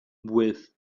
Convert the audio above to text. with